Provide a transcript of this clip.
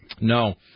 No